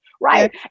Right